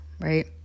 right